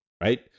right